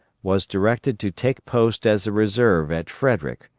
was directed to take post as a reserve at frederick,